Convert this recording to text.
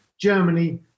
Germany